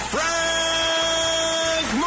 Frank